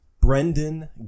Brendan